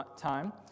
time